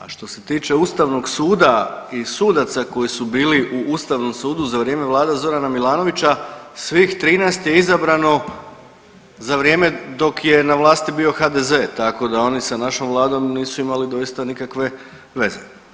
A što se tiče Ustavnog suda i sudaca koji su bili u Ustavnom sudu za vrijeme vlade Zorana Milanovića svih 13 je izabrano za vrijeme dok je na vlasti bio HDZ, tako da oni sa našom vladom nisu imali doista nikakve veze.